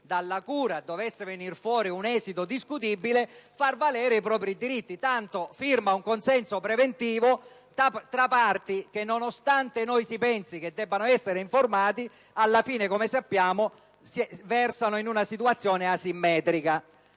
dalla cura dovesse derivare un esito discutibile, far valere i propri diritti; tanto firma un consenso preventivo tra parti, che nonostante noi si pensi debbano essere informate, come sappiamo versano in una situazione asimmetrica.